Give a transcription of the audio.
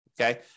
Okay